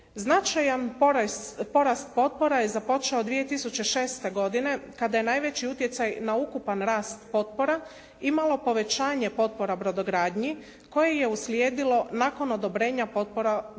Značajan porast potpora je započeo 2006. godine kada je najveći utjecaj na ukupan rast potpora imalo povećanje potpora brodogradnji koje je uslijedilo nakon odobrenja potpora za sanaciju